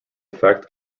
effect